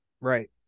Right